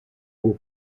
will